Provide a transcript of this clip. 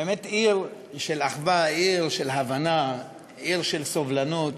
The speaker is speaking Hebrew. באמת עיר של אחווה, עיר של הבנה, עיר של סובלנות,